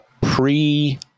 pre